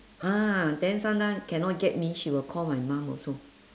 ah then sometime cannot get me she will call my mum also